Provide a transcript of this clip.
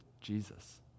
Jesus